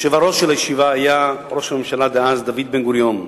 היושב-ראש שלה היה ראש הממשלה דאז דוד בן-גוריון,